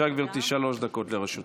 אני יוצא.